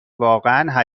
واقعا